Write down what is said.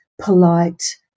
polite